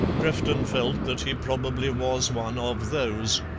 crefton felt that he probably was one of those,